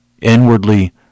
inwardly